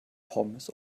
pommes